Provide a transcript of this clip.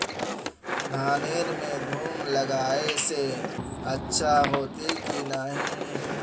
धानेर में धूप लगाए से अच्छा होते की नहीं?